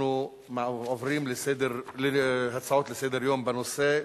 אנחנו עוברים להצעות לסדר-יום בנושא: